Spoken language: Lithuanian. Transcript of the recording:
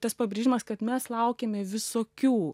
tas pabrėžimas kad mes laukiame visokių